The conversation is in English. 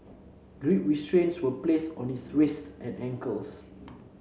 grip restraints were placed on his wrists and ankles